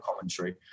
commentary